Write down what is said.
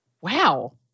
Wow